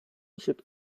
should